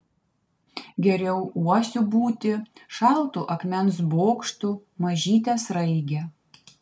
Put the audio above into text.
geriau uosiu būti šaltu akmens bokštu mažyte sraige